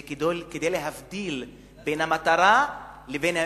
זה כדי להבדיל בין המטרה לבין האמצעי.